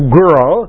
girl